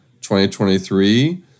2023